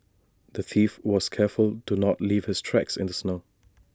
the thief was careful to not leave his tracks in the snow